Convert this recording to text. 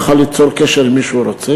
הוא היה יכול ליצור קשר עם מי שהוא רוצה.